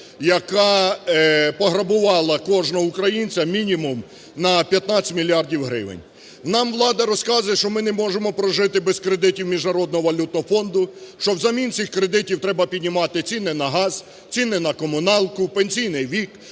яка пограбувала кожного українця, мінімум, на 15 мільярдів гривень. Нам влада розказує, що ми не можемо прожити без кредитів Міжнародного валютного фонду, що в замін цих кредитів треба піднімати ціни на газ, ціни на комуналку, пенсійний вік,